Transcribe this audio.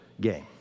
game